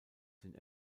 sind